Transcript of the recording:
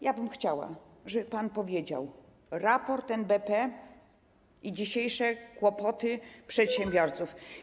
Ja bym chciała, żeby pan powiedział - raport NBP i dzisiejsze kłopoty przedsiębiorców.